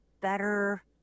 better